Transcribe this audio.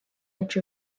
edge